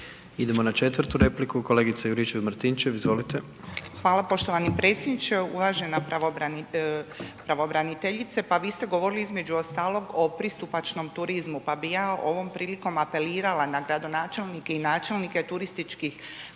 Izvolite. **Juričev-Martinčev, Branka (HDZ)** Hvala poštovani predsjedniče. Uvažena pravobraniteljice, pa vi ste govorili između ostalog o pristupačnom turizmu. Pa bih ja ovom prilikom apelirala na gradonačelnike i načelnike turističkih